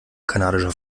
kanadischer